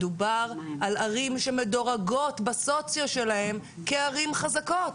מדובר על ערים שמדורגות בסוציו שלהן כערים חזקות.